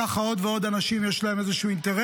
כך לעוד ועוד אנשים יש איזה אינטרס,